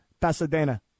Pasadena